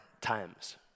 times